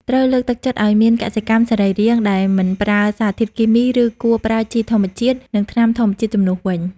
ត្រូវលើកទឹកចិត្តឲ្យមានកសិកម្មសរីរាង្គដែលមិនប្រើសារធាតុគីមី ឬគួរប្រើជីធម្មជាតិ និងថ្នាំធម្មជាតិជំនួសវិញ។